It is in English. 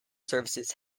services